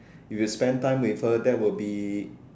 if you spent time with her that would be